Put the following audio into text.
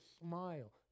smile